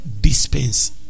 dispense